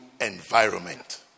environment